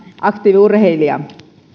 aktiiviurheilija